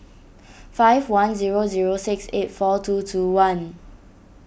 five one zero zero six eight four two two one